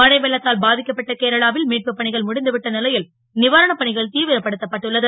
மழை வெள்ளத்தால் பா க்கப்பட்ட கேரளாவில் மீட்பு பணிகள் முடிந்துவிட்ட லை ல் வாரணப் பணிகள் தீவிரப்படுத்தப்பட்டுள்ளது